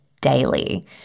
daily